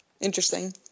Interesting